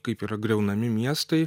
kaip yra griaunami miestai